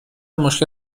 مشکل